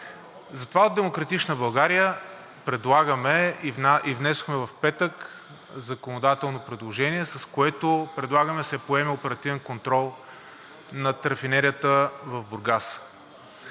Затова от „Демократична България“ предлагаме и внесохме в петък законодателно предложение, с което предлагаме да се поеме оперативен контрол над рафинерията в Бургас.